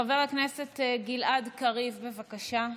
חבר הכנסת גלעד קריב, בבקשה.